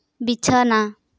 ᱵᱤᱪᱷᱱᱟᱹ